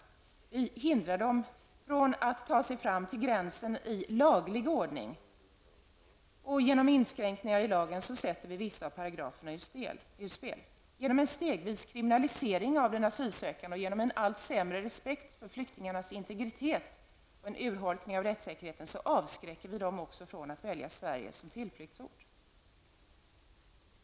Vi hindrar dem från att ta sig fram till gränsen i laglig ordning. Genom inskränkningar i lagen sätter vi vissa av paragraferna ur spel. Genom en stegvis kriminalisering av den asylsökande, genom en allt sämre respekt för flyktingarnas integritet och genom en urholkning av rättssäkerheten avskräcker vi dem också från att välja Sverige som tillflyktsort.